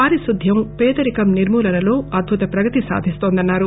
పారిశుద్ద్వం పేదరికం నిర్మూలనంలో అద్బుత ప్రగతి సాధిస్తోందన్నారు